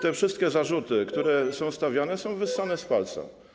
te wszystkie zarzuty, które są stawiane, są wyssane z palca.